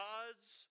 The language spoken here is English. God's